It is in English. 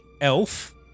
elf